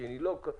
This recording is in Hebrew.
השני לא.